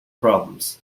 problems